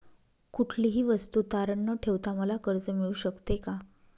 कुठलीही वस्तू तारण न ठेवता मला कर्ज मिळू शकते का?